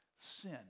sin